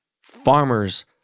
Farmers